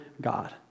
God